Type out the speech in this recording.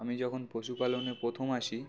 আমি যখন পশুপালনে প্রথম আসি